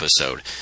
episode